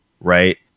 right